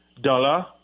dollar